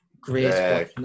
great